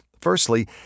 Firstly